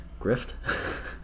Grift